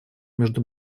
между